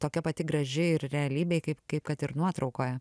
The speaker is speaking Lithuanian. tokia pati graži ir realybėj kaip kaip kad ir nuotraukoje